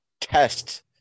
test